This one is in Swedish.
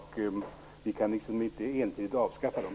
Vi kan inte ensidigt avskaffa dem.